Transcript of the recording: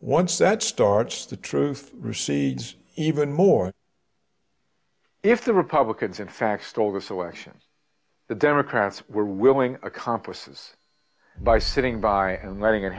once that starts the truth recedes even more if the republicans in fact stole this election the democrats were willing accomplices by sitting by and letting it